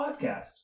podcast